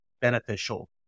beneficial